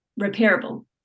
repairable